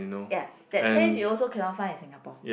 ya that taste you also cannot find in Singapore